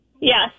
yes